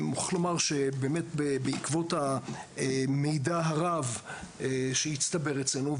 אני מוכרח לומר שבאמת בעקבות מידע הרב שהצטבר אצלנו,